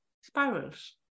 spirals